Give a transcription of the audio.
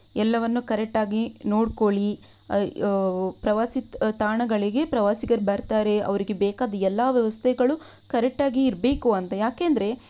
ಎಲ್ಲವನ್ನು ಕರೆಕ್ಟ್ ಆಗಿ ನೋಡ್ಕೊಳ್ಳಿ ಪ್ರವಾಸಿ ತಾಣಗಳಿಗೆ ಪ್ರವಾಸಿಗರು ಬರ್ತಾರೆ ಅವರಿಗೆ ಬೇಕಾದ ಎಲ್ಲ ವ್ಯವಸ್ಥೆಗಳು ಕರೆಕ್ಟ್ ಆಗಿ ಇರಬೇಕು ಅಂತ ಯಾಕೆ ಅಂದರೆ